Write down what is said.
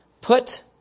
Put